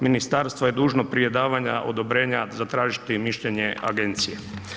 Ministarstvo je dužno prije davanja odobrenja zatražiti mišljenje agencije.